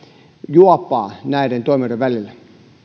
juopaa näiden toimijoiden välille